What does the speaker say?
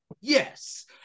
Yes